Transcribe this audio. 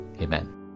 Amen